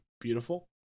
beautiful